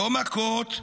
לא מכות,